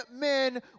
men